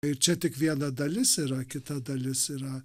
ir čia tik viena dalis yra kita dalis yra